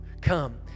Come